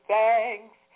thanks